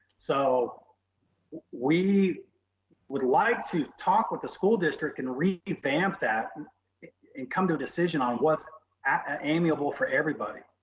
so we would like to talk with the school district and revamp that and and come to a decision on what's and amiable for everybody,